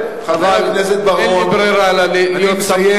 אבל אין לי ברירה אלא להיות צמוד לתקנון.